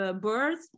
birth